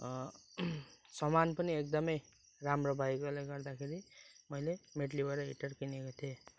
सामान पनि एकदमै राम्रो भएकोले गर्दाखेरि मैले मेटलीबाट हिटर किनेको थिएँ